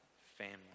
family